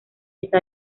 está